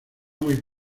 muy